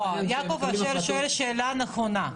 לא, יעקב אשר שואל שאלה נכונה: